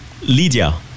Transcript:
Lydia